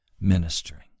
ministering